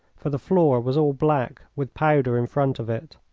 for the floor was all black with powder in front of it.